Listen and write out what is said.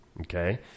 Okay